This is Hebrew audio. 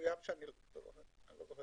אלא לאור המצב